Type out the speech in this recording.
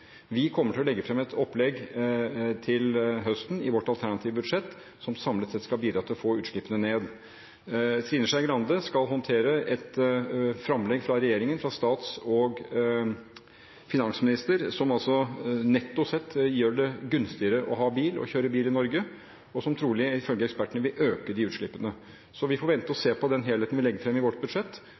Vi kommer til å legge fram et opplegg i vårt alternative budsjett til høsten som samlet sett skal bidra til å få utslippene ned. Trine Skei Grande skal håndtere et framlegg fra regjeringen, fra statsminister og finansminister, som – netto – gjør det gunstigere å ha bil og å kjøre bil i Norge, og som trolig, ifølge ekspertene, vil øke utslippene. Vi får vente og se på den helheten vi legger fram i vårt budsjett,